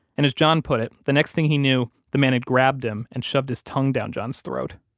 and as john put it, the next thing he knew, the man had grabbed him and shoved his tongue down john's throat.